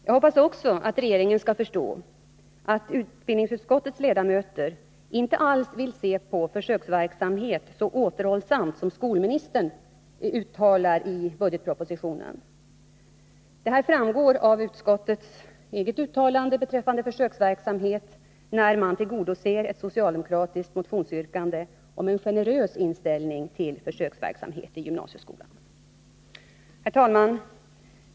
Jag hoppas också att regeringen skall förstå att utbildningsutskottets ledamöter inte alls vill se så återhållsamt på försöksverksamhet som skolministern gör i budgetpropositionen. Det framgår av utskottets eget uttalande beträffande försöksverksamhet när utskottet tillmötesgår ett socialdemokratiskt motionsyrkande om en generös inställning till försöksverksamhet i gymnasieskolan. 79 Herr talman!